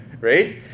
right